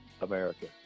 America